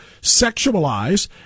sexualize